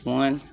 one